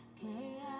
chaos